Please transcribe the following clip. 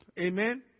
Amen